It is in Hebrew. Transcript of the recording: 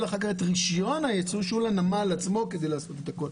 אחר כך את רישיון הייצוא שהוא לנמל עצמו כדי לעשות את הכול.